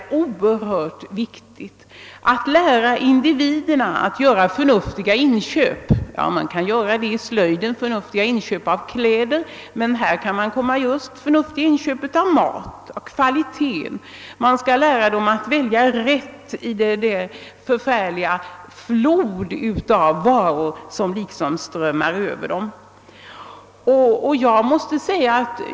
Individerna måste lära sig att göra förnuftiga inköp. Undervisning om förnuftiga inköp av kläder kan naturligtvis lämnas under slöjdtimmarna, men i hemkunskapsundervisningen kan man också tala om förnuftiga inköp av mat och trycka på kvalitetssynpunkterna. Man skall lära ungdomarna att väl ja rätt i den förfärliga flod av varor som strömmar över dem.